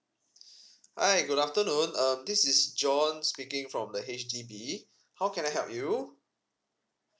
hi good afternoon um this is john speaking from the H_D_B how can I help you